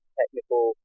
technical